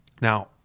Now